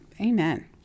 amen